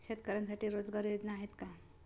शेतकऱ्यांसाठी रोजगार योजना आहेत का?